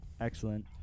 Excellent